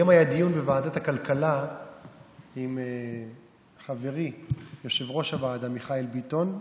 היום היה דיון בוועדת הכלכלה עם חברי יושב-ראש הוועדה מיכאל ביטון,